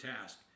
task